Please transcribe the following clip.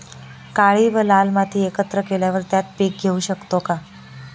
काळी व लाल माती एकत्र केल्यावर त्यात पीक घेऊ शकतो का?